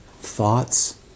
thoughts